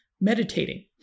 meditating